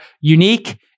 unique